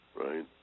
right